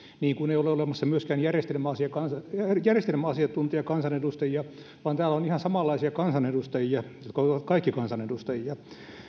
niin kuin ei ole olemassa myöskään järjestelmäasiantuntijakansanedustajia vaan täällä on ihan samanlaisia kansanedustajia jotka ovat kaikki kansanedustajia